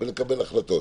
ולקבל החלטות.